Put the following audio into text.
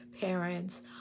parents